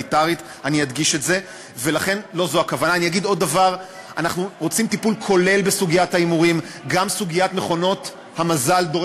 זה